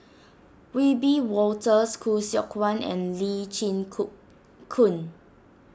Wiebe Wolters Khoo Seok Wan and Lee Chin Ku Koon